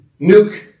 nuke